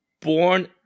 born